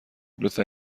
لطفا